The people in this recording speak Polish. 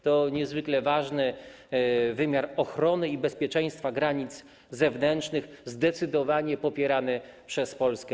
To niezwykle ważny wymiar ochrony i bezpieczeństwa granic zewnętrznych, zdecydowanie popierany przez Polskę.